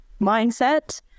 mindset